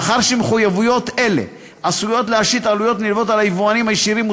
מאחר שמחויבויות אלה עשויות להשית עלויות נלוות על היבואנים הישירים,